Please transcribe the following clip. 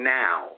now